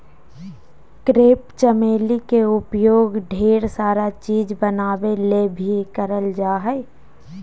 crepe चमेली के उपयोग ढेर सारा चीज़ बनावे ले भी करल जा हय